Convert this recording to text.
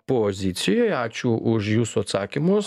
pozicijoje ačiū už jūsų atsakymus